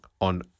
on